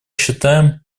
считаем